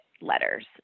letters